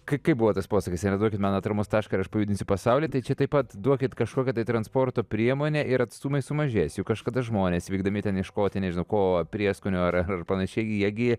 kai kaip buvo tas posakis yra duokit man atramos tašką ir aš pajudinsiu pasaulį tai čia taip pat duokit kažkokią tai transporto priemonę ir atstumai sumažės juk kažkada žmonės vykdami ten ieškoti nežinau ko prieskonių ar panašiai jie gi